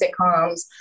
sitcoms